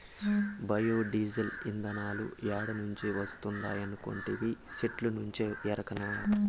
bio diesel, ఇతనాలు ఏడ నుంచి వస్తాయనుకొంటివి, సెట్టుల్నుంచే ఎరకనా